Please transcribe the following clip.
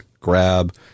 grab